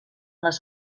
les